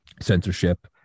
censorship